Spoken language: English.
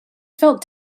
felt